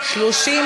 סעיפים 1 3 נתקבלו.